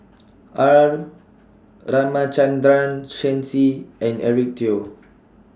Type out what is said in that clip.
R Ramachandran Shen Xi and Eric Teo